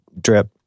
drip